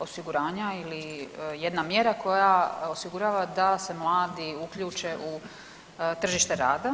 osiguranja ili jedna mjera koja osigurava da se mladi uključe u tržište rada.